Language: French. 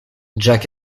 jack